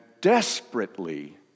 desperately